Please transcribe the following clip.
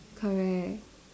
correct